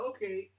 Okay